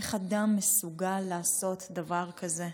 איך אדם מסוגל לעשות דבר כזה.